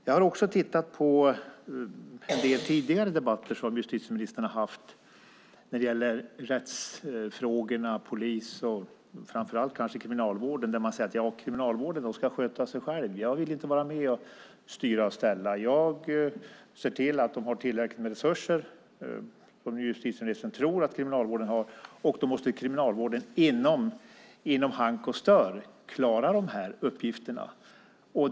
Jag har också tittat på en del tidigare debatter som justitieministern har haft om rättsfrågor, polis och kanske framför att kriminalvården. Där har hon sagt att Kriminalvården ska sköta sig själv och att hon inte vill vara med och styra och ställa. Hon ser till att de har tillräckligt med resurser - vilket justitieministern alltså tror att Kriminalvården har - och så måste Kriminalvården inom egen hank och stör klara dessa uppgifter.